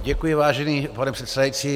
Děkuji, vážený pane předsedající.